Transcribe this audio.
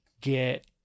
get